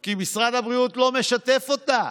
כי משרד הבריאות לא משתף אותה.